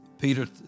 Peter